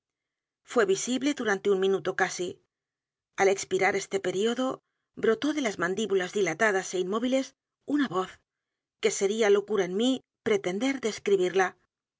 fué visible durante un minuto casi al expirar este período brotó de las mandíbulas dilatadas é inmóviles una voz que sería locura en mí pretender describirla